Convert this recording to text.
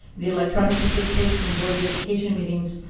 the electronic participation in board of education meetings,